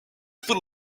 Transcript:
fut